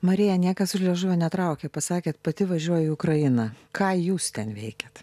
marija niekas už liežuvio netraukė pasakėt pati važiuoju į ukrainą ką jūs ten veikiat